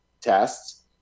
tests